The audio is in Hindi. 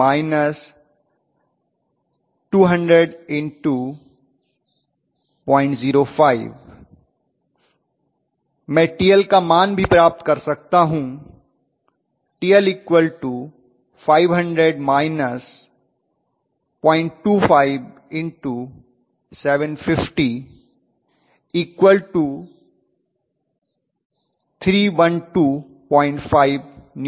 मैं TL का मान भी पता कर सकता हूं TL 500 − 025 750 3125Nm